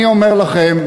אני אומר לכם,